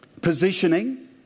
Positioning